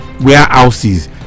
warehouses